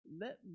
Let